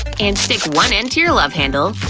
and stick one end to your love handle.